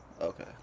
okay